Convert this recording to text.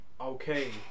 Okay